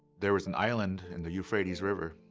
there was an island in the euphrates river.